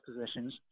positions